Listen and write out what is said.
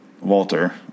Walter